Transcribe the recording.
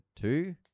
two